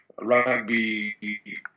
rugby